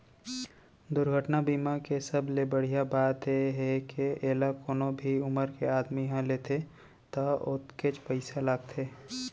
दुरघटना बीमा के सबले बड़िहा बात ए हे के एला कोनो भी उमर के आदमी ह लेथे त ओतकेच पइसा लागथे